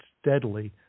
steadily